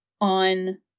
on